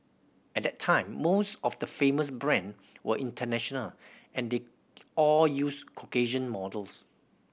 at that time most of the famous brand were international and they all used Caucasian models